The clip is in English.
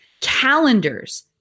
calendars